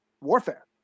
warfare